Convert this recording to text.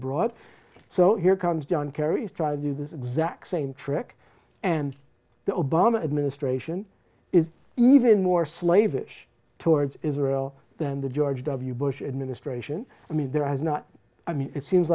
broad so here comes john kerry's trying to do this exact same trick and the obama administration is even more slavish towards israel than the george w bush administration i mean there has not i mean it seems